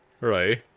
Right